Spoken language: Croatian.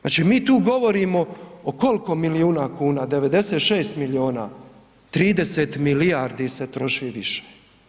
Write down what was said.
Znači mi tu govorimo o koliko milijuna kuna, 96 milijuna kuna, 30 milijardi se troši više.